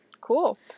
Cool